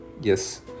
yes